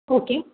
okay